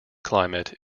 climate